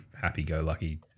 happy-go-lucky